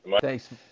Thanks